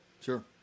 Sure